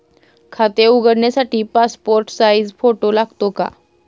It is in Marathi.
खाते उघडण्यासाठी पासपोर्ट साइज फोटो लागतो का?